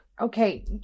okay